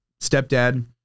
stepdad